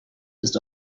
ist